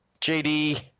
jd